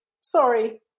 Sorry